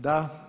Da.